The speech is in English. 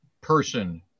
person